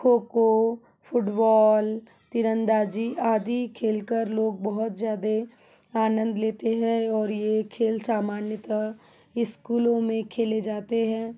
खो खो फुटबॉल तीरंदाजी आदि खेल कर लोग बहुत ज़्यादे आनंद लेते हैं और यह खेल सामान्यतः स्कूलों में खेले जाते हैं